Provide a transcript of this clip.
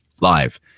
live